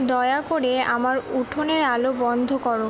দয়া করে আমার উঠানের আলো বন্ধ করো